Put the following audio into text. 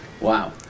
wow